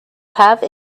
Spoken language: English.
have